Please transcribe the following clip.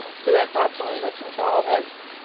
who had thoughtfully listened to all this.